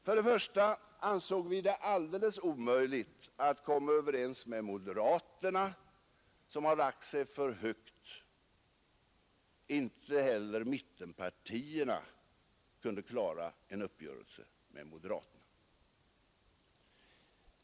Först och främst ansåg vi det alldeles omöjligt att komma överens med moderaterna, som har lagt sig för högt. Inte heller mittenpartierna har ju kunnat klara en uppgörelse med moderaterna.